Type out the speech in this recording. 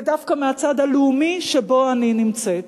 ודווקא מהצד הלאומי, שבו אני נמצאת.